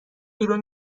بیرون